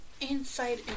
inside